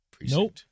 Nope